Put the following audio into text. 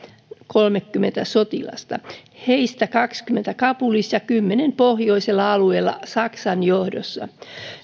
kolmekymmentä sotilasta heistä kaksikymmentä on kabulissa ja kymmenen pohjoisella alueella saksan johdossa